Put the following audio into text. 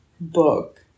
book